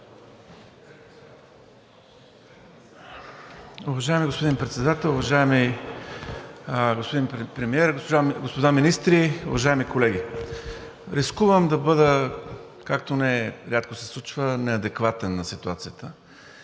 Уважаеми господин Председател, уважаеми господин Премиер, господа министри, уважаеми колеги! Рискувам да бъда, както нерядко се случва, неадекватен на ситуацията,